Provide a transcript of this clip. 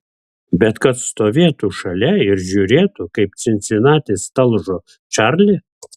bet kad stovėtų šalia ir žiūrėtų kaip cincinatis talžo čarlį